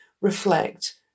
reflect